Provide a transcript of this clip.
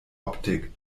optik